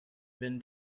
been